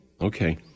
Okay